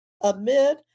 amid